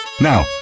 Now